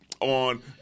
on